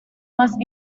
más